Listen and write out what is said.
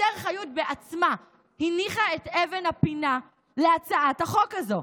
אסתר חיות בעצמה הניחה את אבן הפינה להצעת החוק הזו.